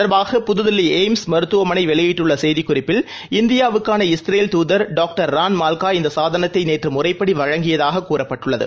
தொடர்பாக புதுதில்லிஏய்ம்ஸ் மருத்துவமனைவெளியிட்டுள்ளசெய்திக்குறிப்பில் இந்தியாவுக்காள இத இஸ்ரேல் தூதர் டாக்டர் ரான் மால்கா இந்தசாதனத்தைநேற்றுமுறைப்படிவழங்கியதாககூறப்பட்டுள்ளது